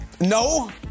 No